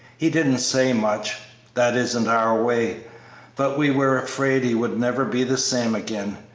he didn't say much that isn't our way but we were afraid he would never be the same again.